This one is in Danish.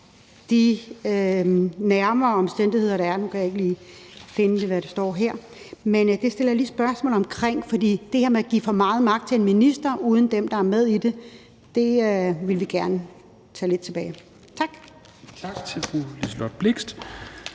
de nærmere omstændigheder, der er. Nu kan jeg ikke lige finde, hvor det står. Men det stiller jeg lige et spørgsmål omkring, for det her med at give for meget magt til en minister uden dem, der er med i det, vil vi gerne tage lidt tilbage. Tak.